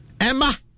Emma